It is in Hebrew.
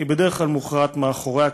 היא בדרך כלל מוכרעת מאחורי הקלעים,